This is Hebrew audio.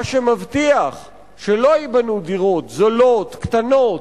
מה שמבטיח שלא ייבנו דירות זולות, קטנות,